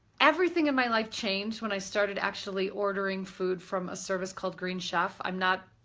everything in my life changed when i started actually ordering food from a service called green chef. i'm not,